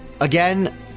again